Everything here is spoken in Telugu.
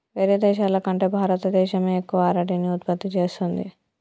వేరే దేశాల కంటే భారత దేశమే ఎక్కువ అరటిని ఉత్పత్తి చేస్తంది